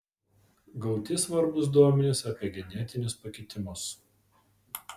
gauti svarbūs duomenys apie genetinius pakitimus